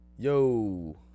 Yo